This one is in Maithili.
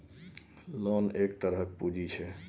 लोन एक तरहक पुंजी छै